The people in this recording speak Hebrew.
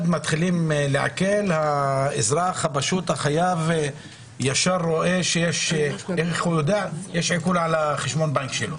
מתחילים לעקל לאזרח הפשוט החייב שרואה שיש עיקול על חשבון הבנק שלו